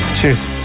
cheers